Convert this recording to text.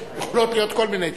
יכולות להיות כל מיני תשובות.